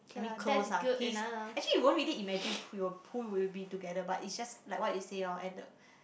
I mean close ah he's actually you won't really imagine who will who will you be with together but it's just like what you say lor at the